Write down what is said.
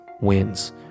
wins